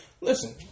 listen